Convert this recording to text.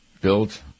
built